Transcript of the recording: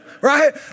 Right